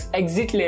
exit